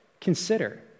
consider